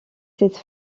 cette